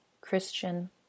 Christian